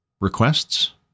requests